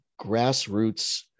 grassroots